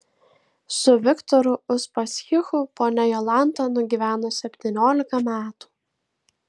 su viktoru uspaskichu ponia jolanta nugyveno septyniolika metų